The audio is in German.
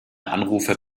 anrufe